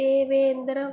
Thevendram